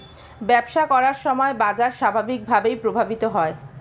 ব্যবসা করার সময় বাজার স্বাভাবিকভাবেই প্রভাবিত হয়